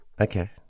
Okay